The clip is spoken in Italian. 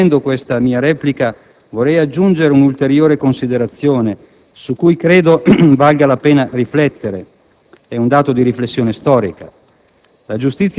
conclusione, vorrei aggiungere un'ulteriore considerazione su cui credo valga la pena riflettere. È un dato di riflessione storica.